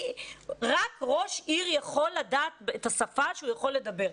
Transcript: רק ראש עיר יכול לדעת את השפה שהוא יכול לדבר.